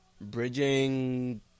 Bridging